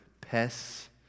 pests